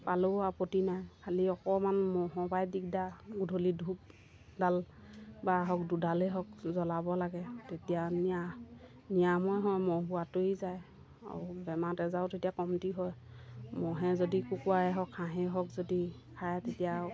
পালেও আপত্তি নাই খালি অকণমান মহৰপৰাই দিগদাৰ গধূলি ধূপডাল বা হওক দুডালেই হওক জ্বলাব লাগে তেতিয়া নিৰা নিৰাময় হয় মহবোৰ আঁতৰি যায় আৰু বেমাৰ আজাৰো তেতিয়া কমতি হয় মহে যদি কুকুৰাই হওক হাঁহেই হওক যদি খায় তেতিয়া আৰু